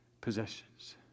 possessions